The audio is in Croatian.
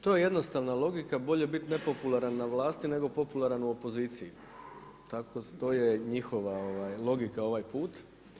To je jednostavna logika, bolje biti nepopularan na vlasti nego popularan u opoziciji, tako stoji njihova logika ovaj put.